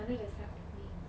under the sign of winx